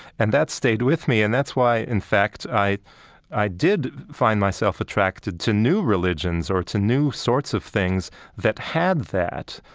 and that stayed with me. and that's why, in fact, i i did find myself attracted to new religions or to new sorts of things that had that,